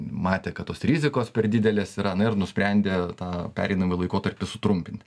matė kad tos rizikos per didelės yra na ir nusprendė tą pereinamąjį laikotarpį sutrumpinti